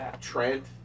Trent